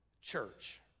church